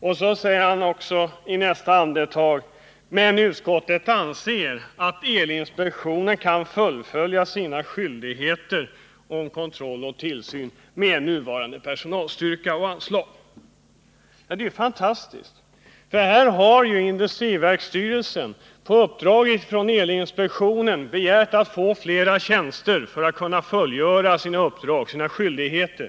Men i nästa andetag säger han också att han anser att elinspektionen kan fullgöra sina skyldigheter beträffande kontroll och tillsyn med nuvarande personalstyrka och anslag. Det är ju fantastiskt! Industriverksstyrelsen har på uppdrag av elinspektionen begärt att få flera tjänster för att kunna fullgöra sina skyldigheter.